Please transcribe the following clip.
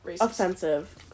offensive